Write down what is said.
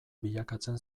bilakatzen